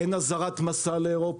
אין אזהרת מסע לאירופה.